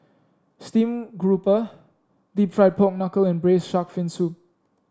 stream grouper deep fried Pork Knuckle and Braised Shark Fin Soup